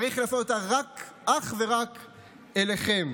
צריך להפנות אותה אך ורק אליכם,